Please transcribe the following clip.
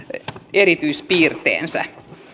erityispiirteensä